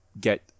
get